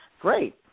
Great